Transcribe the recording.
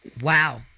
Wow